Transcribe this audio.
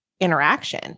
interaction